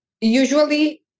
usually